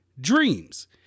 dreams